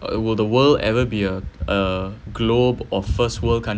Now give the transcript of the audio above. will the world ever be a a globe of first world